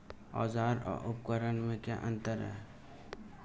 औज़ार और उपकरण में क्या अंतर है?